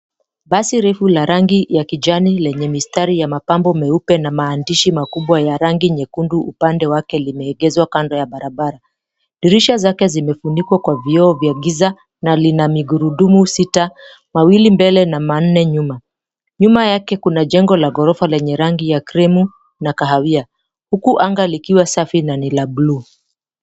Basi refu la rangi ya kijani yenye mistari ya mapambo meupe na mahandishi makubwa ya rangi nyekundu upande wake limeegezwa kando ya barabara. Dirisha zake zimefunikwa kwa vioo za giza na lina migurudumu sita wawili mbele na manne nyuma. Nyuma yake kuna jengo la ghorofa lenye rangi ya krimu na kahawia. Huku anga likiwa safi na ni la buluu